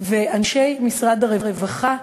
ואנשי משרד הרווחה,